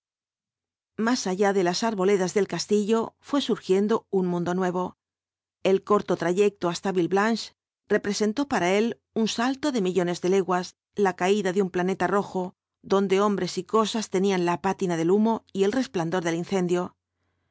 más allá de las arboledas del castillo fué surgiendo un mundo nuevo el corto trayecto hasta villeblanche representó para él un salto de millones de leguas la caída en un planeta rojo donde hombres y cosas tenían la pátina del humo y el resplandor del incendio